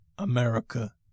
America